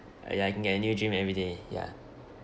ya I can get a new dream everyday ya